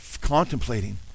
contemplating